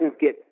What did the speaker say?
get